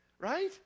right